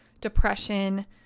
depression